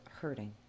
hurting